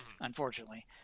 unfortunately